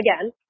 again